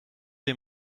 des